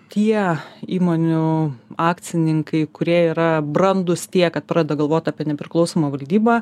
tie įmonių akcininkai kurie yra brandūs tiek kad pradeda galvot apie nepriklausomą valdybą